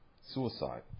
suicide